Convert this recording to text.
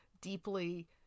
deeply